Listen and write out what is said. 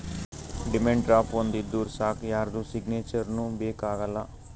demand draft ಒಂದ್ ಇದ್ದೂರ್ ಸಾಕ್ ಯಾರ್ದು ಸಿಗ್ನೇಚರ್ನೂ ಬೇಕ್ ಆಗಲ್ಲ